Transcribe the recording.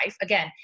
again